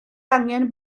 angen